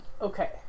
Okay